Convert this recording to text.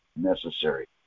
necessary